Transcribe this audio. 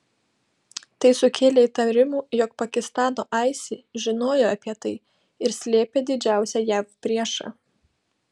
tai sukėlė įtarimų jog pakistano isi žinojo apie tai ir slėpė didžiausią jav priešą